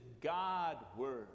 God-word